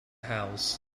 house